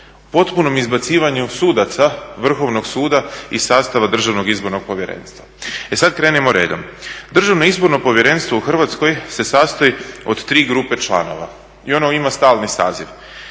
potpunom izbacivanju sudaca Vrhovnog suda iz sastava Državnog izbornog povjerenstva. E sad krenimo redom. Državno izborno povjerenstvo u Hrvatskoj se sastoji od 3 grupe članova i ono ima stalni saziv.